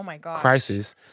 crisis